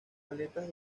aletas